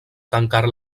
tancar